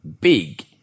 big